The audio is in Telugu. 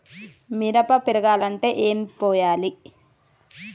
మిరప పెరగాలంటే ఏం పోయాలి?